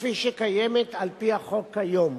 כפי שקיימת על-פי החוק כיום,